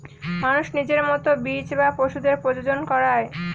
মানুষ নিজের মতো বীজ বা পশুদের প্রজনন করায়